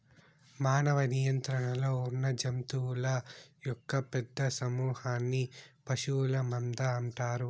మానవ నియంత్రణలో ఉన్నజంతువుల యొక్క పెద్ద సమూహన్ని పశువుల మంద అంటారు